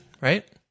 right